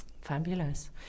fabulous